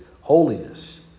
holiness